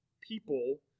people